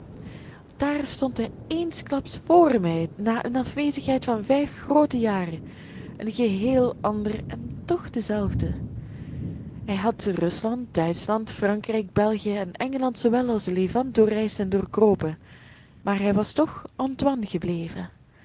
daar stond hij eensklaps vr mij na eene afwezigheid van vijf groote jaren een geheel ander en toch dezelfde hij had rusland duitschland frankrijk belgië en engeland zoowel als de levant doorreisd en doorkropen maar hij was toch antoine gebleven